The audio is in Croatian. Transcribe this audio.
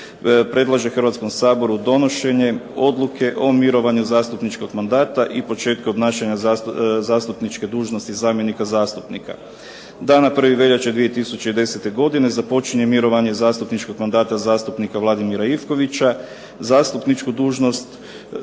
predlaže Hrvatskom saboru donošenje Odluke o mirovanju zastupničkog mandata i početku obnašanja zastupničke dužnosti zamjenika zastupnika. Dana 1. veljače 2010. godine započinje mirovanje zastupničkog mandata zastupnika Vladimira Ivkovića. Zastupničku dužnost